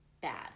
bad